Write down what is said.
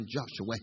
Joshua